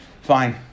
fine